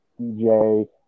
DJ